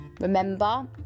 remember